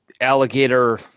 alligator